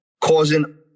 causing